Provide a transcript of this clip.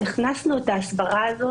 הכנסנו את ההסברה הזאת.